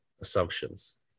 assumptions